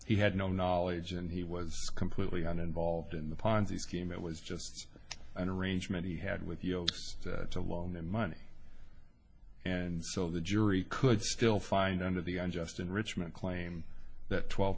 he had no knowledge and he was completely on involved in the ponzi scheme it was just an arrangement he had with yokes to loan them money and so the jury could still find under the un just enrichment claim that twelve